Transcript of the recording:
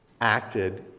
acted